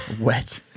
Wet